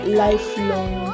lifelong